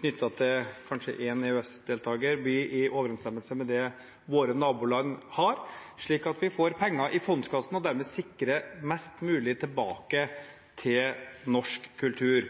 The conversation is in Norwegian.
knyttet til kanskje én EØS-deltaker, blir i overensstemmelse med det våre naboland har, slik at vi får penger i fondskassen og dermed sikrer mest mulig tilbake til norsk kultur?